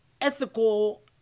ethical